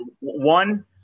One